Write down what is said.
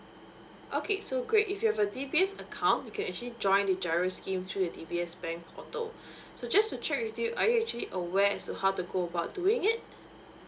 okay so great if you have a D B S account you can actually join the G_I_R_O scheme through the D_B_S bank portal so just to check with you are you actually aware as to how to go about doing it